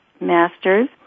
Masters